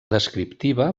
descriptiva